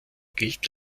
gilt